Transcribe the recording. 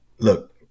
look